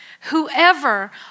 whoever